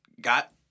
got